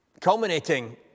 culminating